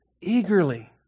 Eagerly